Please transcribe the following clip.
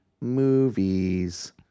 movies